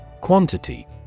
Quantity